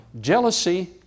Jealousy